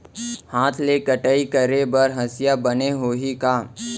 हाथ ले कटाई करे बर हसिया बने होही का?